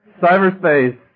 cyberspace